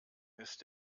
ist